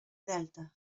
delta